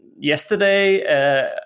yesterday